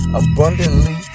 abundantly